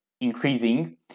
increasing